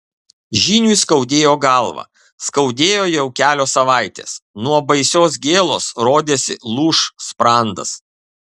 žyniui skaudėjo galvą skaudėjo jau kelios savaitės nuo baisios gėlos rodėsi lūš sprandas